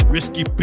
Risky